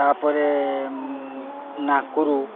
ତା'ପରେ ନାକରୁ